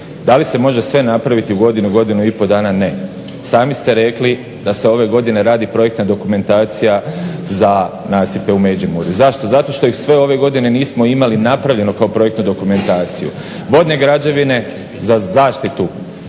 Da li se može sve napraviti u godinu, godinu i pol dana? Ne. Sami ste rekli da se ove godine radi projektna dokumentacija za nasipe u Međimujru. Zašto? Zato što ih sve ove godine nismo imali napravljeno kao projektnu dokumentaciju. Vodne građevine za zaštitu